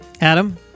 Adam